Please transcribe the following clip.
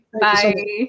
Bye